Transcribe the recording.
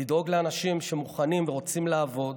לדאוג לאנשים שמוכנים ורוצים לעבוד,